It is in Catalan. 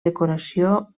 decoració